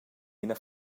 ina